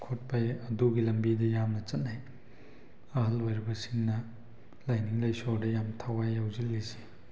ꯈꯣꯠꯄꯩ ꯑꯗꯨꯒꯤ ꯂꯝꯕꯤꯗ ꯌꯥꯝꯅ ꯆꯠꯅꯩ ꯑꯍꯜ ꯑꯣꯏꯔꯕꯁꯤꯡꯅ ꯂꯥꯏꯅꯤꯡ ꯂꯥꯏꯁꯣꯟꯗ ꯌꯥꯝ ꯊꯋꯥꯏ ꯌꯥꯎꯁꯤꯂꯤꯁꯤ